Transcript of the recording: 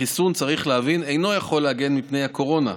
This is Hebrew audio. החיסון, צריך להבין, אינו יכול להגן מפני הקורונה,